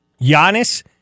Giannis